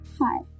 Hi